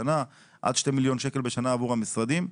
עד 2 מיליון שקל בשנה עבור המשרדים.